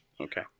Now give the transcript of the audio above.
Okay